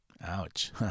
Ouch